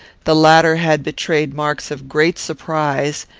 the latter had betrayed marks of great surprise,